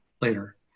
later